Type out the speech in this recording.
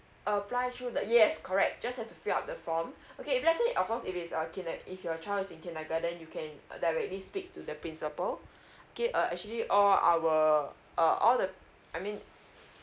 apply through the yes correct just have to fill up the form okay if let's say of course if it's uh kinde~ if your child is in kindergarten you can uh directly speak to the principal okay uh actually all our uh all the I mean